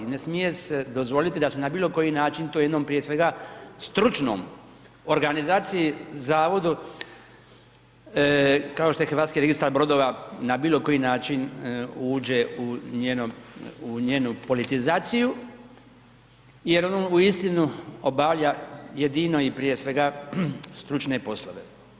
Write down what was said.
Ne smije se dozvoliti da se na bilo koji način tom jednom prije svega stručnom organizaciji zavodu kao što je Hrvatski registar brodova na bilo koji način uđe u njenu politizaciju jer ono uistinu obavlja jedino i prije svega stručne poslove.